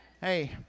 Hey